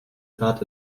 tat